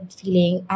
feeling